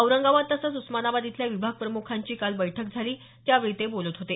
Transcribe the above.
औरंगाबाद तसंच उस्मानाबाद इथल्या विभागप्रमुखांची काल बैठक झाली त्यावेळी ते बोलत होते